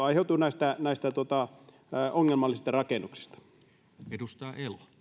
aiheutuu näistä näistä ongelmallisista rakennuksista arvoisa